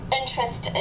interest